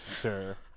Sure